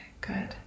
good